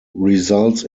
results